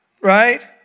right